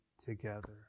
together